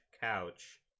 couch